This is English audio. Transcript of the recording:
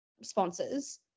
sponsors